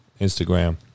Instagram